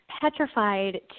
petrified